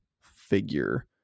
figure